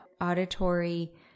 auditory